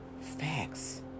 Facts